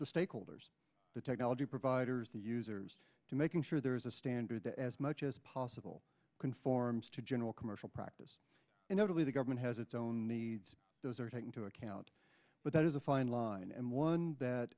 the stakeholders the technology providers the users to making sure there is a standard that as much as possible conforms to general commercial practice and notably the government has its own needs those are take into account but that is a fine line and one that